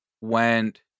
went